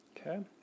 Okay